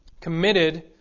committed